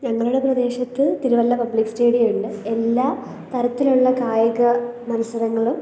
ഞങ്ങളുടെ പ്രദേശത്ത് തിരുവല്ല പബ്ലിക് സ്റ്റേഡിയമുണ്ട് എല്ലാ തരത്തിലുള്ള കായിക മത്സരങ്ങളും